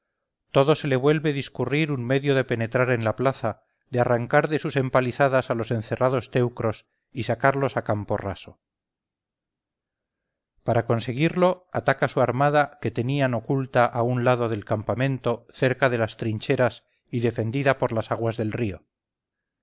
todo se le vuelve discurrir un medio de penetrar en la plaza de arrancar de sus empalizadas a los encerrados teucros y sacarlos a campo raso para conseguirlo ataca su armada que tenían oculta a un lado del campamento cercada de trincheras y defendida por las aguas del río